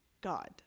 God